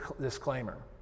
disclaimer